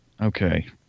Okay